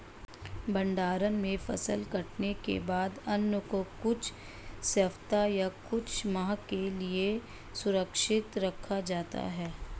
भण्डारण में फसल कटने के बाद अन्न को कुछ सप्ताह या कुछ माह के लिये सुरक्षित रखा जाता है